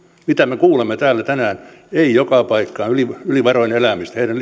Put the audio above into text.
mitä me kuulemme täällä tänään ei joka paikkaan yli yli varojen elämistä heidän